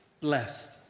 blessed